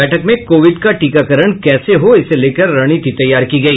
बैठक में कोविड का टीकाकरण कैसे हो इसे लेकर रणनीति तैयार की गई